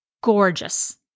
gorgeous